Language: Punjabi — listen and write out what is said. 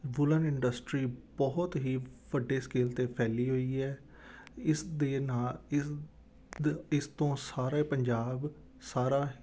ਵੂਲਨ ਇੰਡਸਟਰੀ ਬਹੁਤ ਹੀ ਵੱਡੇ ਸਕੇਲ 'ਤੇ ਫੈਲੀ ਹੋਈ ਹੈ ਇਸ ਦੇ ਨਾਲ ਇਸ ਦ ਇਸ ਤੋਂ ਸਾਰੇ ਪੰਜਾਬ ਸਾਰਾ